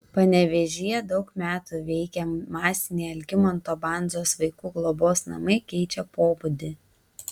panevėžyje daug metų veikę masiniai algimanto bandzos vaikų globos namai keičia pobūdį